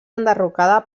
enderrocada